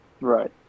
Right